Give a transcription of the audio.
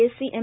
Sc M